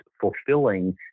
fulfilling